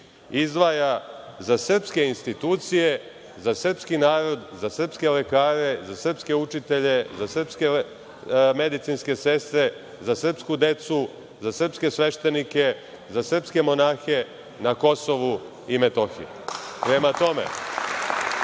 izdvaja za srpske institucije, za srpski narod, za srpske lekare, za srpske učitelje, za srpske medicinske sestre, za srpsku decu, za srpske sveštenike, za srpske monahe na KiM. Prema tome,